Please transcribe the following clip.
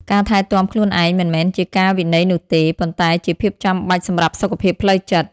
ការថែទាំខ្លួនឯងមិនមែនជាការវិន័យនោះទេ ប៉ុន្តែជាភាពចាំបាច់សម្រាប់សុខភាពផ្លូវចិត្ត។